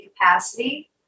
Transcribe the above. capacity